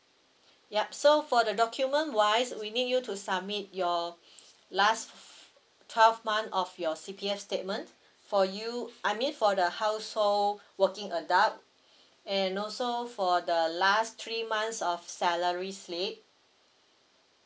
yup so for the document wise we need you to submit your last twelve month of your C_P_F statement for you I mean for the household working adult and also for the last three months of salary slip